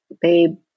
babe